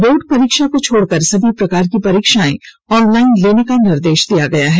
board परीक्षा को छोड़कर सभी प्रकार की परीक्षाएं ऑनलाइन लेने का निर्देश दिया है